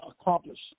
accomplish